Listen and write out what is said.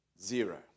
zero